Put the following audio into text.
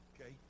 Okay